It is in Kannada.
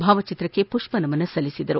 ಭಾವಚಿತ್ರಕ್ಕೆ ಪುಷ್ಪನಮನ ಸಲ್ಲಿಸಿದರು